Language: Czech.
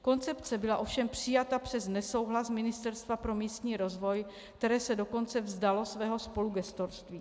Koncepce byla ovšem přijata přes nesouhlas Ministerstva pro místní rozvoj, které se dokonce vzdalo svého spolugestorství.